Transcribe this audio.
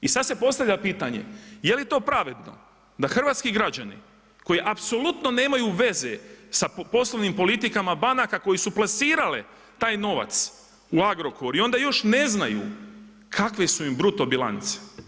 I sad se postavlja pitanje je li to pravedno da hrvatski građani koji apsolutno nemaju veze sa poslovnim politikama banaka koje su plasirale taj novac u Agrokor i onda još ne znaju kakve su im bruto bilance.